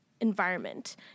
environment